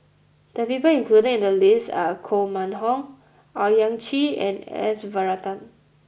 the people included in the list are Koh Mun Hong Owyang Chi and S Varathan